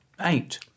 eight